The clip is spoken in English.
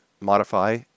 modify